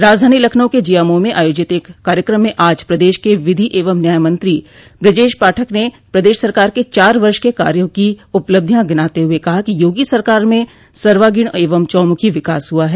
राजधानी लखनऊ के जियामऊ में आयोजित एक कार्यकम में आज प्रदेश के विधि एवं न्याय मंत्री ब्रजेश पाठक ने प्रदेश सरकार के चार वर्ष के कार्यो की उपलब्धियां गिनाते हुए कहा कि योगी सरकार में सर्वांगीण एवं चौमुखी विकास हुआ है